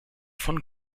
von